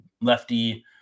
lefty